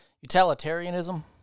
utilitarianism